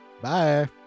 Bye